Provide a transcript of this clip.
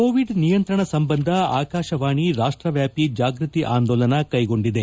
Covid ನಿಯಂತ್ರಣ ಸಂಬಂಧ ಆಕಾಶವಾಣಿ ರಾಷ್ಟವ್ಯಾಪಿ ಜಾಗೃತಿ ಆಂದೋಲನಾ ಕೈಗೊಂಡಿದೆ